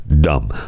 dumb